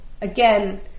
again